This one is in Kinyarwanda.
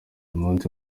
umunsi